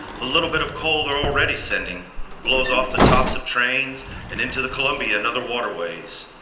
the little bit of coal they're already sending blows off the tops of trains and into the columbia and other waterways.